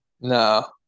No